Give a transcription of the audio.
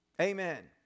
Amen